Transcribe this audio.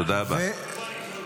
--- זו לא מסיבת עיתונאים,